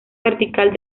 vertical